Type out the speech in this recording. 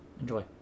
Enjoy